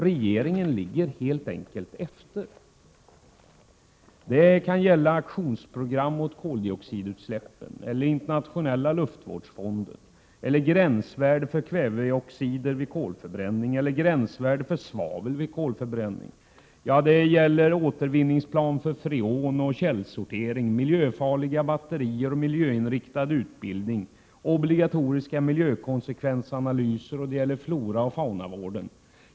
Regeringen ligger helt enkelt efter. Det kan gälla aktionsprogram mot koldioxidutsläppen, Internationella luftvårdsfonden, gränsvärde för kväveoxider vid kolförbränning eller gränsvärde för svavel vid kolförbränning. Det gäller återvinningsplan för freon och källsortering, miljöfarliga batterier och miljöinriktad utbildning, obligatoriska miljökonsekvensanalyser och floraoch faunavården.